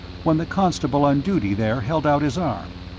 when the constable on duty there held out his arm.